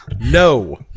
no